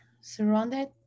surrounded